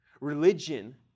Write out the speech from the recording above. Religion